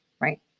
right